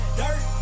dirt